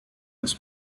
was